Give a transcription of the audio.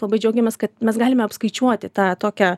labai džiaugiamės kad mes galime apskaičiuoti tą tokią